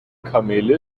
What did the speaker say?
kamele